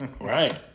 Right